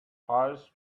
hires